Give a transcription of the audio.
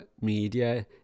media